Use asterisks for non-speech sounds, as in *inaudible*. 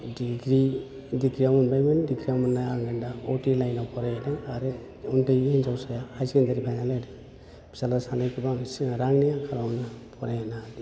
degree डिग्रियाव मोनबायमोन डिग्रियाव मोनना आङो दा *unintelligible* लाइनाव फरायहोदों आरो उन्दै हिन्जावसाया हाईयार सेकेण्डारि फाइनाल होदों फिसाला सानैखोबौ आं सिगां रांनि आंखालावनो फरायहोनो हालिया